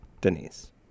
Denise